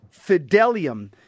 fidelium